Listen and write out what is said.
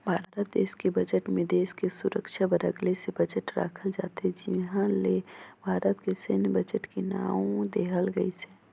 भारत देस के बजट मे देस के सुरक्छा बर अगले से बजट राखल जाथे जिहां ले भारत के सैन्य बजट के नांव देहल गइसे